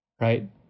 right